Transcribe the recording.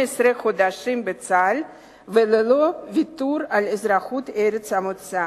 חודשים בצה"ל ללא ויתור על אזרחות ארץ המוצא.